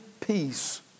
peace